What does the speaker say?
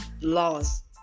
lost